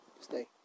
Stay